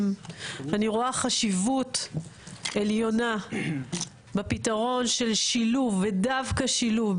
אני רואה חשיבות עליונה בפתרון של שילוב ודווקא שילוב,